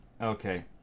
Okay